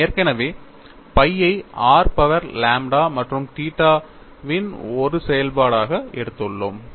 நாம் ஏற்கனவே phi ஐ r பவர் லாம்ப்டா மற்றும் தீட்டாவின் 1 செயல்பாடாக எடுத்துள்ளோம்